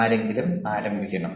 ആരെങ്കിലും ആരംഭിക്കണം